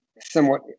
somewhat